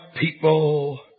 people